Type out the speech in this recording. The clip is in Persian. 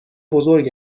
بزرگ